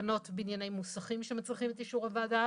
תקנות בענייני מוסכים שמצריכים את אישור הוועדה